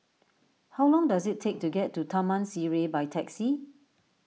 how long does it take to get to Taman Sireh by taxi